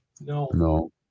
No